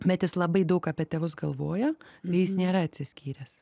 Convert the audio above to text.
bet jis labai daug apie tėvus galvoja jis nėra atsiskyręs